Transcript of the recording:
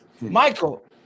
Michael